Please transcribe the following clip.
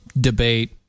debate